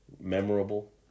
memorable